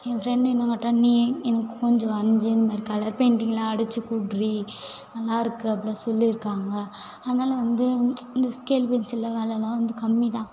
என் friend என்ன எனக்கு கொஞ்சம் அஞ்சு இந்தமாதிரி கலர் பெயிண்டிங்குலாம் அடித்து குட்றீ நல்லா இருக்குது அப்படிலாம் சொல்லி இருக்காங்க அதனால நான் வந்து இந்த ஸ்கேல் பென்சில்ல வெலைலாம் வந்து கம்மிதான்